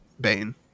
Bane